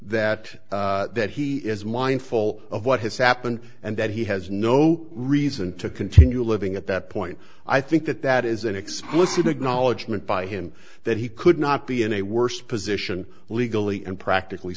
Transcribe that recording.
that that he is mindful of what has happened and that he has no reason to continue living at that point i think that that is an explicit acknowledgement by him that he could not be in a worse position legally and practically